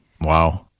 Wow